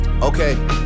Okay